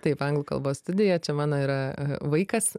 taip anglų kalbos studija čia mano yra vaikas